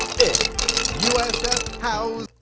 it's usf housing